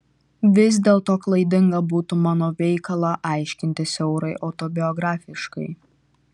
vis dėlto klaidinga būtų mano veikalą aiškinti siaurai autobiografiškai